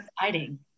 exciting